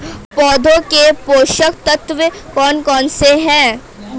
पौधों के पोषक तत्व कौन कौन से हैं?